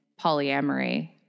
polyamory